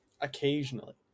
occasionally